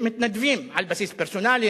מתנדבים על בסיס פרסונלי,